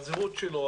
הזהות שלו,